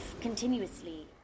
continuously